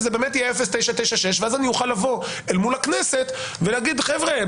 וזה באמת יהיה 0.996% אני אוכל לבוא אל הכנסת ולהגיד: "חבר'ה,